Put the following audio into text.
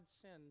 sinned